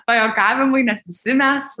pajuokavimui nes visi mes